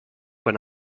when